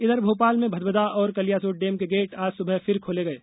इधर भोपाल में भदभदा और कलियासोत डेम के गेट आज सुबह फिर खोले गये